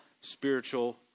spiritual